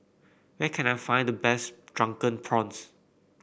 where can I find the best Drunken Prawns